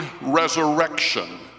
resurrection